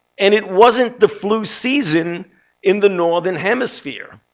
and it wasn't the flu season in the northern hemisphere.